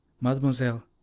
Mademoiselle